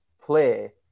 play